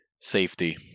safety